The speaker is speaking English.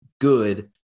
good